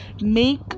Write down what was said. make